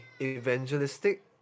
evangelistic